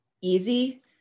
easy